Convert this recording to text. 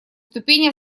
ступени